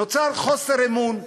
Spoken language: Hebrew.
נוצר חוסר אמון,